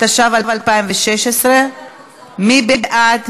התשע"ו 2016. מי בעד?